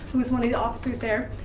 who was one of the officers there,